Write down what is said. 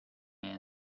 man